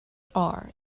are